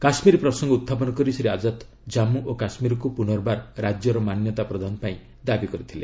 କାଶ୍ମୀର ପ୍ରସଙ୍ଗ ଉତ୍ଥାପନ କରି ଶ୍ରୀ ଆଜାଦ ଜାମ୍ଗୁ ଓ କାଶ୍ମୀରକୁ ପୁନର୍ବାର ରାଜ୍ୟର ମାନ୍ୟତା ପ୍ରଦାନ ପାଇଁ ଦାବି କରିଥିଲେ